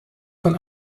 von